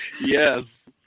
Yes